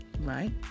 right